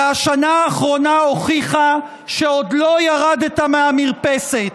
והשנה האחרונה הוכיחה שעוד לא ירדת מהמרפסת.